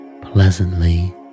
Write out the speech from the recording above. pleasantly